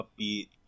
upbeat